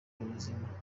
ubuzima